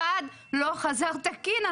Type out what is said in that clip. אחד לא חזר תקין.